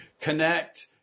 Connect